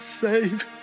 save